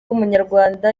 w’umunyarwanda